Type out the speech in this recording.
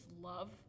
love